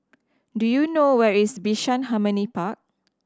do you know where is Bishan Harmony Park